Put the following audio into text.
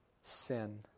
sin